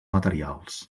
materials